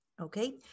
okay